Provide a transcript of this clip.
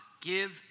give